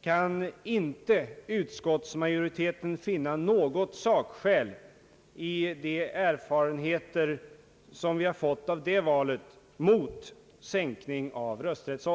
kan inte utskottsmajoriteten finna något sakargument mot sänkning av rösträttsåldern i de erfarenheter detta val givit.